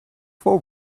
for